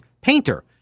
painter